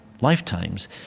lifetimes